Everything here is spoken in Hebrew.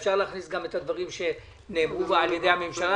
אפשר להכניס אל תוך ההחלטה גם את הדברים שנאמרו על ידי נציגי הממשלה,